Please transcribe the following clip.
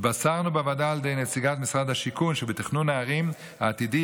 התבשרנו בוועדה על ידי נציגת משרד השיכון שבתכנון הערים העתידי